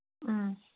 ꯎꯝ